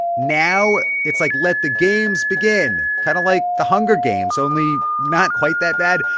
now it's like let the games begin, kind of like the hunger games, only not quite that bad.